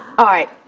alright.